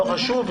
לא חשוב.